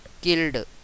killed